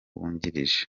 wungirije